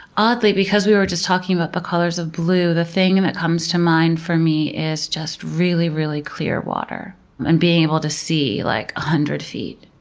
oddly, because we were just talking about the but colors of blue, the thing and that comes to mind for me is just really, really clear water and being able to see like a hundred feet.